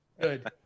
Good